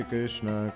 Krishna